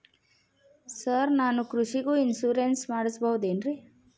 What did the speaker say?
Sir ನಾನು ಕೃಷಿಗೂ insurance ಮಾಡಸಬಹುದೇನ್ರಿ?